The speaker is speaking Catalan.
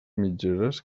mitgeres